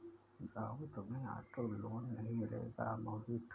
जाओ, तुम्हें auto loan नहीं मिलेगा मोहित